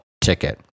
ticket